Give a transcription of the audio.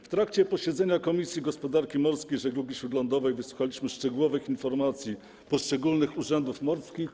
W trakcie posiedzenia Komisji Gospodarki Morskiej i Żeglugi Śródlądowej wysłuchaliśmy szczegółowych informacji poszczególnych urzędów morskich.